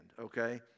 okay